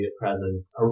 presence